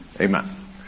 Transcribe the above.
Amen